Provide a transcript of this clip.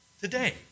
today